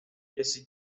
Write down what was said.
jesse